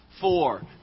four